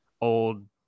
old –